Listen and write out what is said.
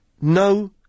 no